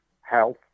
health